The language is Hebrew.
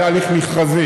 והיה הליך מכרזי,